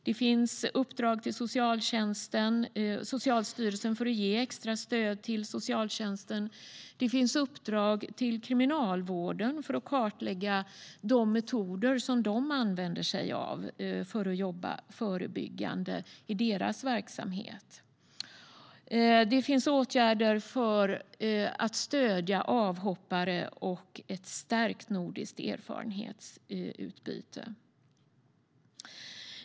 Det finns uppdrag till Socialstyrelsen för att ge extra stöd till socialtjänsten. Det finns uppdrag till Kriminalvården att kartlägga de metoder som de använder sig av för att jobba förebyggande i sin verksamhet. Det finns åtgärder för att stödja avhoppare och ett stärkt nordiskt erfarenhetsutbyte.